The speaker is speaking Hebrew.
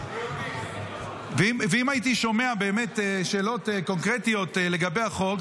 אם הייתי שומע באמת שאלות קונקרטיות לגבי החוק,